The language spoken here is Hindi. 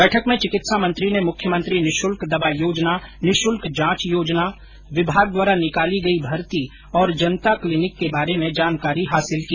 बैठक में चिकित्सा मंत्री ने मुख्यमंत्री निशुल्क दवा योजना निशुल्क जांच योजना विभाग द्वारा निकाली गई भर्ती और जनता क्लिनिक के बारे में जानकारी हासिल की